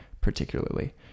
particularly